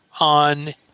on